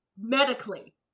medically